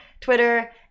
Twitter